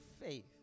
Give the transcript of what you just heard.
faith